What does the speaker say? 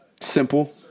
simple